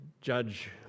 judge